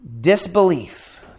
disbelief